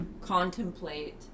contemplate